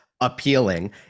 appealing